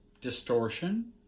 distortion